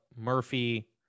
Murphy